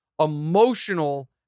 emotional